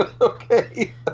Okay